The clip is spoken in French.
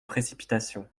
précipitation